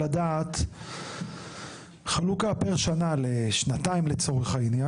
לדעת חלוקה פר שנה לשנתיים לצורך העניין.